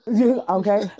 Okay